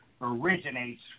originates